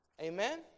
Amen